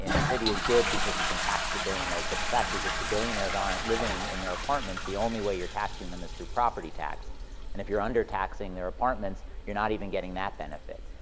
in a city is good because you can tax the billionaires, but the fact is, if the billionaires aren't living in their apartment, the only way you're taxing them is through propery tax. and if you're under taxing their apartments, you're not even getting that benefit.